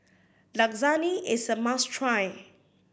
Lasagne is a must try